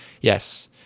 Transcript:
Yes